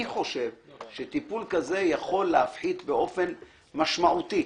אני חושב שטיפול כזה יכול להפחית באופן משמעותי,